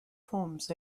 forms